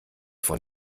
von